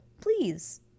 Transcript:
please